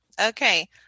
Okay